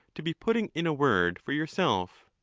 to be putting in a word for yourself.